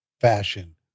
fashion